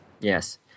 Yes